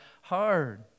hard